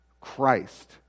Christ